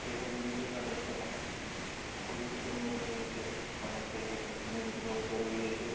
সে সব জিনিস কিন্তু আর দেখতে পাই না প্রযুক্তি উন্নত হয়েছে এবং সমাজ থেকে এসব জিনিসগুলো সরে গিয়েছে